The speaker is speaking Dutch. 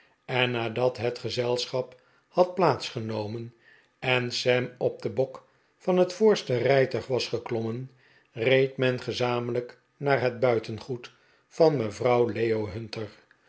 en nadat het gezelschap had plaats genomen en sam op den bok van het voorste rijtuig was geklommen reed men gezamenlijk naar het buitengoed van mevrouw leo hunter